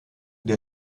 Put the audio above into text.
der